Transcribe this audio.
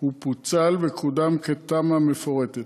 הוא פוצל וקודם כתמ"א מפורטת.